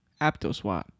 Aptoswap